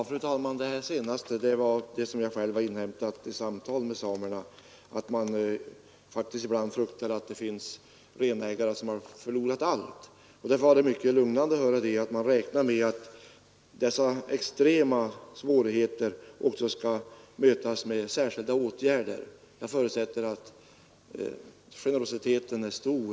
Fru talman! Beträffande det senaste så har jag vid samtal med samerna inhämtat att man kan frukta att det finns renägare som faktiskt förlorat allt. Därför var det mycket lugnande att höra av statsrådet att man räknar med att dessa extrema svårigheter skall kunna mötas med särskilda åtgärder. Jag förutsätter att generositeten då är stor.